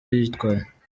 uyitwaye